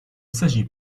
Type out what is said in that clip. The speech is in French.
s’agit